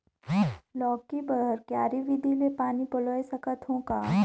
लौकी बर क्यारी विधि ले पानी पलोय सकत का?